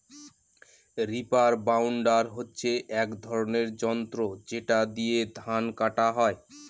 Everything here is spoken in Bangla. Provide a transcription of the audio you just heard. রিপার বাইন্ডার হচ্ছে এক ধরনের যন্ত্র যেটা দিয়ে ধান কাটা হয়